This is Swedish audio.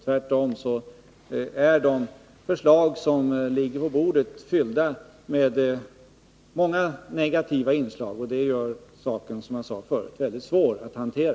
Tvärtom är de förslag som ligger på bordet fyllda med många negativa inslag. Det gör saken, som jag sade förut, väldigt svår att hantera.